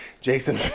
jason